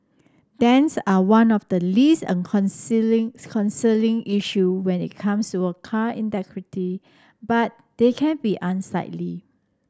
dents are one of the least and concerning issue when it comes to a car integrity but they can be unsightly